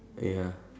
ya